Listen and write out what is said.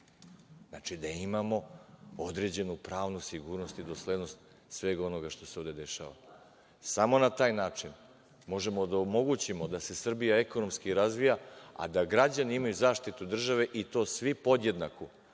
Znači, da imamo određenu pravnu sigurnost i doslednost svega onoga što se ovde dešava. Samo na taj način možemo da omogućimo da se Srbija ekonomski razvija, a da građani imaju zaštitu države i to svi podjednaku,